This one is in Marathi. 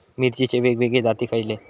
मिरचीचे वेगवेगळे जाती खयले?